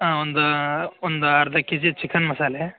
ಹಾಂ ಒಂದು ಒಂದು ಅರ್ಧ ಕೆ ಜಿ ಚಿಕನ್ ಮಸಾಲೆ